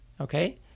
Okay